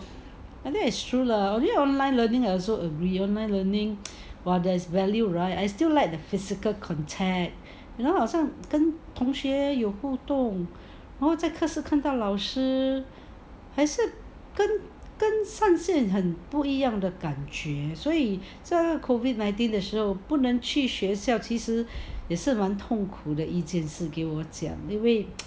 and then it's true lah actually online learning I also agree online learning while there is value right I still like the physical contact you know 好像跟同学有互动然后再课室看到老师还是跟跟闪现很不一样的感觉所以在这个 COVID nineteen 的时候不能去学校其实也是蛮痛苦的一件事给我讲因为